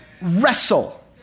wrestle